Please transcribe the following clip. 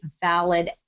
valid